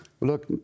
Look